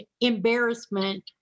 embarrassment